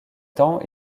temps